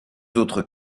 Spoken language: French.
autres